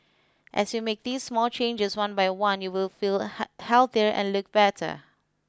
as you make these small changes one by one you will feel healthier and look better